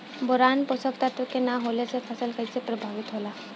Boron पोषक तत्व के न होला से फसल कइसे प्रभावित होला?